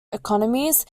economies